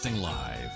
live